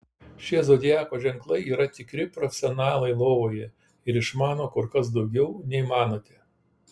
šie zodiako ženklai yra tikri profesionalai lovoje ir išmano kur kas daugiau nei manote